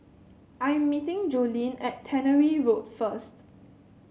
I am meeting Joleen at Tannery Road first